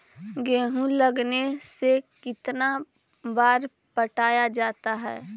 गेहूं लगने से कितना बार पटाया जाता है?